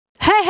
Hey